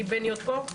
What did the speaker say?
כי בני עוד פה.